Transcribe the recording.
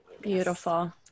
Beautiful